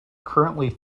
currently